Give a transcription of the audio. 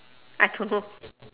I don't know